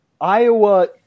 Iowa